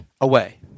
away